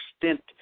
extent